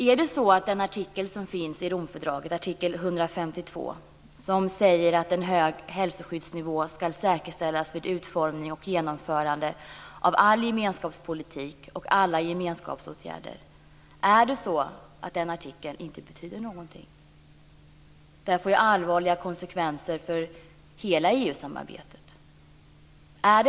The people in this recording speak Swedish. Är det så att artikel 152 i Romfördraget, som säger att en hög hälsoskyddsnivå ska säkerställas vid utformningen och genomförandet av all gemenskapspolitik och alla gemenskapsåtgärder, inte betyder någonting? Den får ju allvarliga konsekvenser för hela EU-samarbetet.